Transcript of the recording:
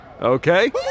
okay